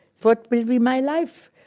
what will be my life?